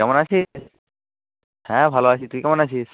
কেমন আছিস হ্যাঁ ভালো আছি তুই কেমন আছিস